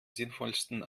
sinnvollsten